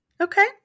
okay